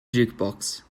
jukebox